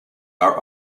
are